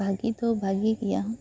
ᱵᱷᱟᱜᱤ ᱫᱚ ᱵᱷᱟᱜᱤ ᱜᱮᱭᱟ